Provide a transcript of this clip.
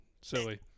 Silly